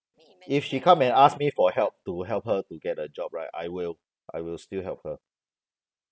if she come and ask me for help to help her to get a job right I will I will still help her